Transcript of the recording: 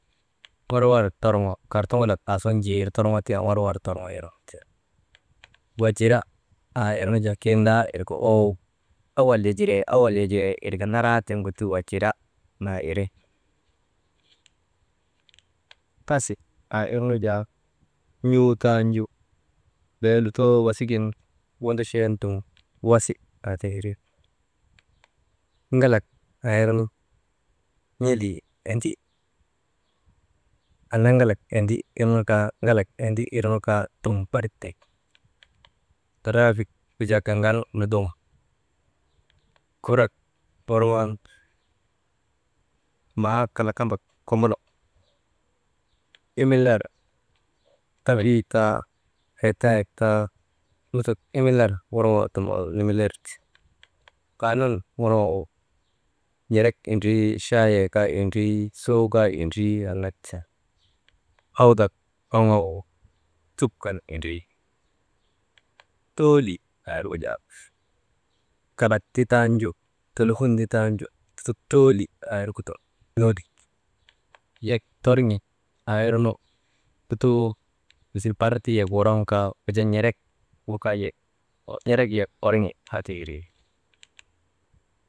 War war torŋo kartuŋulak aa suŋun njiir torŋoo tiŋ an war war torŋo irnu ti, wajira aa irni jaa kindaa irka ooy owol yajiree, owol yajiree kir kaa naraa tiŋgu ti wajira maa iri, tasi aa irnu jaa n̰uu tanju bee lutoo wasik gin wondochon dum wasi aa ti iri ŋalak aa irnu n̰ilii endi anaŋ ŋalak endi irnu kaa ŋalak endi, irnu kaa dum barik tek daraabik gujaa gaŋgaŋ nudum, kurak worŋoonu maa kalak kambak komolok. Imilar tafi taa, hetaayek taa lutok imilar worŋogu dum nimiler ti, kaanun worŋogu n̰erek indri, chaayee kaa indrii, suu kaa indrii anak ti, awdak orŋogu tub kan indrii, tooli aa irgu jaa kalak ti tanju telefun ti tanju, lutok tooli aa irgu dum yooli. Yak torŋi, aa irnu lutoo misil bar ti yak woroŋkaa wujaa n̰ek gu kaa yek, n̰erek yek orŋi aa ti wiri.